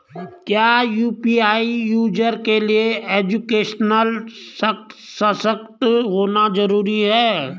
क्या UPI user के लिए एजुकेशनल सशक्त होना जरूरी है?